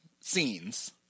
scenes